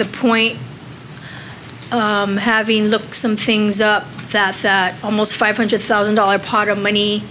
the point having look some things up almost five hundred thousand dollars pot of money